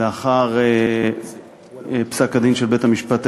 לאחר פסק-הדין של בית-המשפט העליון,